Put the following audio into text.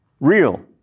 real